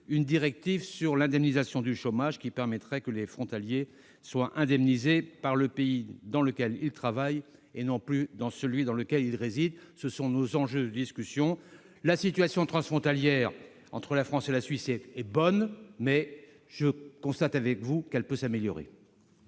une directive sur l'indemnisation du chômage qui permettrait que les frontaliers soient indemnisés par le pays dans lequel ils travaillent, et non plus dans celui où ils résident. Voilà les enjeux de nos discussions. La situation transfrontalière entre la France et la Suisse est bonne, mais je constate avec vous qu'elle peut s'améliorer.